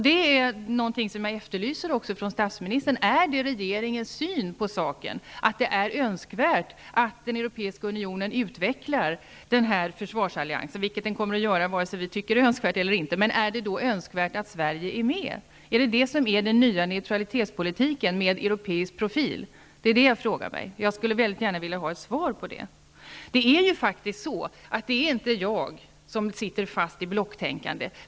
Det är någonting som jag efterlyser också från statsministern: Är det regeringens syn på saken att det är önskvärt att den europeiska unionen utvecklar den här försvarsalliansen, vilket den kommer att göra vare sig vi tycker att det är önskvärt eller inte? Är det önskvärt att Sverige då är med? Är det det som är den nya neutralitetspolitiken med europeisk profil? Det frågar jag mig, och jag skulle gärna vilja ha ett svar på den frågan. Det är inte jag som sitter fast i blocktänkande.